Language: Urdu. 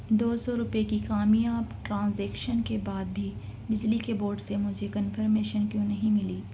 دو سو روپے کی کامیاب ٹرانزیکشن کے بعد بھی بجلی کے بورڈ سے مجھے کنفرمیشن کیوں نہیں ملی